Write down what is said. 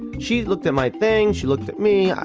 she looked at my thing, she looked at me.